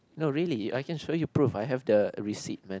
no really I can show you proof I have the receipt man